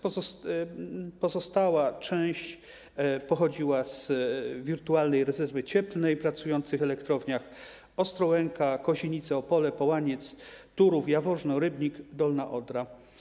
Pozostała część pochodziła z wirtualnej rezerwy cieplnej w pracujących elektrowniach: Ostrołęka, Kozienice, Opole, Połaniec, Turów, Jaworzno, Rybnik, Dolna Odra.